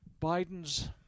Biden's